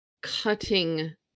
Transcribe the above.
cutting